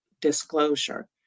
disclosure